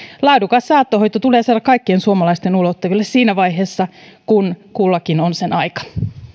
laadukas saattohoito tulee saada kaikkien suomalaisten ulottuville siinä vaiheessa kun kullakin on sen aika